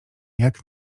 jak